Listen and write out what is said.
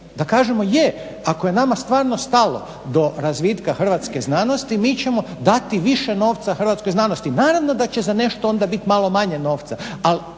da kažemo je, ako je nama stvarno stalo do razvitka hrvatske znanosti, mi ćemo dati više novca hrvatskoj znanosti, naravno da će za nešto onda biti malo manje novca